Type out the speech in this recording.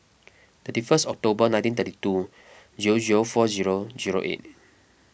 thirty first October nineteen thirty two zero zero four zero zero eight